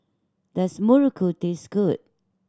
does muruku taste good